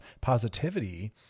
positivity